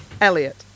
elliot